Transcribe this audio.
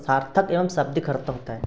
सार्थक एवं शाब्दिक अर्थ होता है